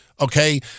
okay